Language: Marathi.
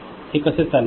हे कसे चालेल